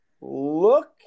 look